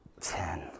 ten